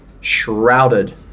shrouded